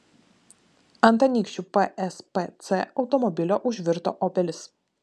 ant anykščių pspc automobilio užvirto obelis